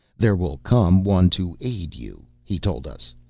there will come one to aid you he told us.